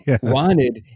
wanted